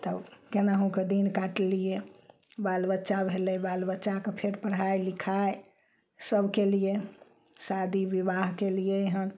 तऽ केनाहुँ कऽ दिन काटलियै बालबच्चा भेलय बालबच्चाके फेर पढ़ाइ लिखाइ सब कयलियै शादी बिवाह सब कयलियै हन